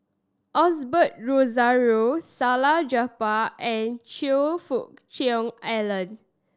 Osbert Rozario Salleh Japar and Choe Fook Cheong Alan